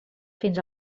fins